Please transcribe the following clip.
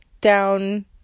down